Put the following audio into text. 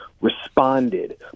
responded